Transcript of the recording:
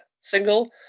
single